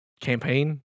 campaign